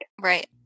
Right